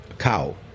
cow